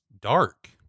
dark